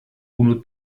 unu